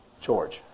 George